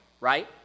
right